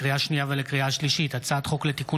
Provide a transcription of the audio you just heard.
לקריאה שנייה ולקריאה שלישית: הצעת חוק לתיקון